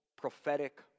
prophetic